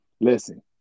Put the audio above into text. listen